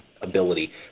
ability